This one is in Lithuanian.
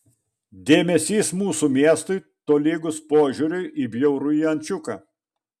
dėmesys mūsų miestui tolygus požiūriui į bjaurųjį ančiuką